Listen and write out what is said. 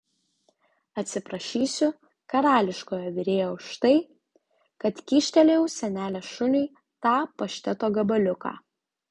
atsiprašysiu karališkojo virėjo už tai kad kyštelėjau senelės šuniui tą pašteto gabaliuką